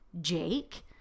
Jake